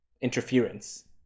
interference